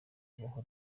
habaho